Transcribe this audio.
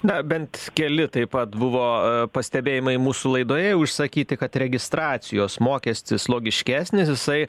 na bent keli taip pat buvo pastebėjimai mūsų laidoje jau išsakyti kad registracijos mokestis logiškesnis jisai